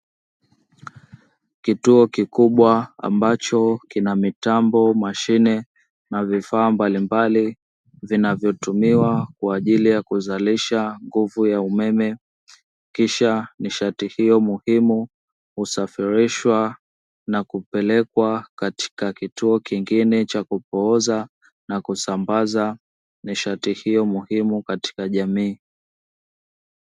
Kituo kikubwa ambacho kina mitambo, mashine na vifaa mbalimbali vinavyotumiwa kwa ajili ya kuzalisha nguvu ya umeme, kisha nishati hiyo muhimu kusafirishwa na kupelekwa katika kituo kingine cha cha kupooza na kusambaza nishati hiyo muhimu katika jamii.